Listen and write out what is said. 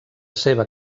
seva